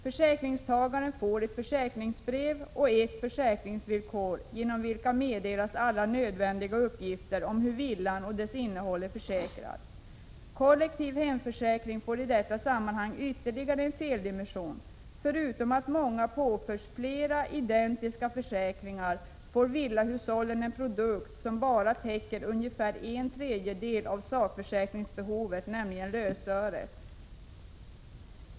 Försäkringstagaren får ett försäkringsbrev och en uppsättning försäkringsvillkor, genom vilka meddelas alla nödvändiga uppgifter om hur villan och dess innehåll är försäkrade. Kollektiva hemförsäkringar medför i detta sammanhang ytterligare en feldimension. Förutom att många påförs flera identiska försäkringar får villahushållen en produkt som bara täcker ungefär en tredjedel av sakförsäkringsbehovet, nämligen lösöret.